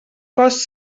cos